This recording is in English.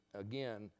again